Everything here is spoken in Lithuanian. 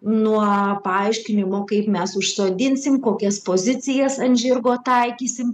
nuo paaiškinimo kaip mes užsodinsim kokias pozicijas ant žirgo taikysim